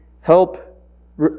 help